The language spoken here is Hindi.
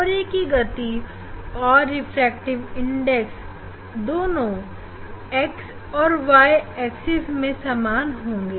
o ray की गति और रिफ्रैक्टिव इंडेक्स दोनों x और y एक्सिस में समान होगी